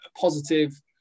positive